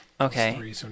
okay